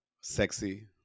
sexy